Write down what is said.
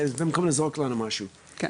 כל התנאים החדשים הוקפאו אבל ההיתרים